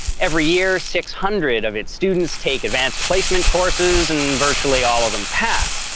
every year, six hundred of its students take advanced placement courses, and virtually all of them pass.